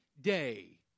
day